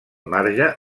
marge